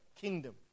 kingdom